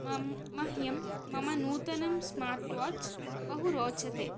मम् मह्यं मम नूतनं स्मार्ट् वाच् बहु रोचते